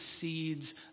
seeds